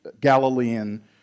Galilean